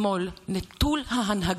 יש פה בשמאל נטול ההנהגה,